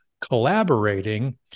collaborating